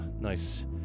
nice